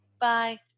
Bye